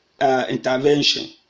intervention